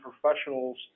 professionals